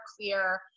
clear